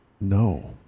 No